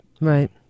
Right